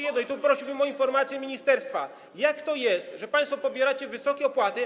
jedno, i tu prosiłbym o informację ministerstwa: Jak to jest, że państwo pobieracie wysokie opłaty.